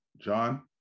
John